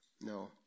No